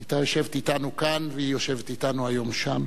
היתה יושבת אתנו כאן והיא יושבת אתנו היום שם,